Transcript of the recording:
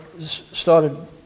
started